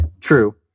True